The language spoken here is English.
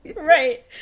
right